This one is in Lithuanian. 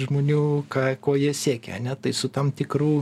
žmonių ką ko jie siekia ane tai su tam tikru